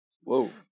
Whoa